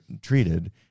treated